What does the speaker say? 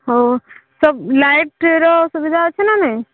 ହଉ ସବୁ ଲାଇଟ୍ର ସୁବିଧା ଅଛି ନା ନାହିଁ